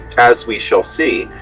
as we shall see,